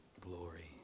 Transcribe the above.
glory